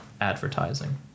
advertising